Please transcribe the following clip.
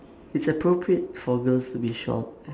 it's appropriate for girls to be short I